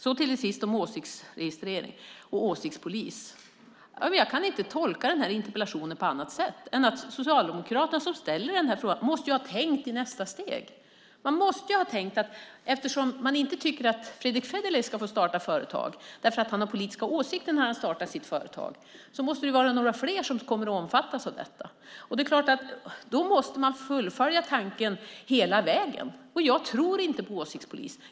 Slutligen något om åsiktsregistrering och åsiktspolis. Jag kan inte tolka interpellationen på annat sätt än att Socialdemokraterna, som ställt frågan, måste ha tänkt i ett nästa steg. De måste ha tänkt att eftersom de inte tycker att Fredrick Federley ska få starta företag för att han har politiska åsikter när har startar sitt företag måste detta omfatta fler än honom. Då måste man fullfölja tankegången hela vägen. Jag tror inte på åsiktspolis.